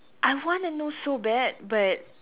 I want to know so bad but